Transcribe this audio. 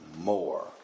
more